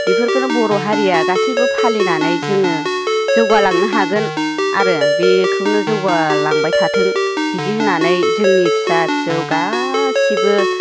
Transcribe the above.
बेफोरखौनो बर' हारिया गासैबो फालिनानै जोङो जौगालांनो हागोन आरो बेखौनो जौगा लांबाय थाथों बिदि होननानै जोंनि फिसा फिसौ गासैबो